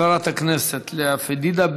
חברת הכנסת לאה פדידה.